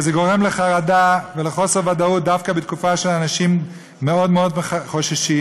זה גורם לחרדה ולחוסר ודאות דווקא בתקופה שאנשים מאוד מאוד חוששים.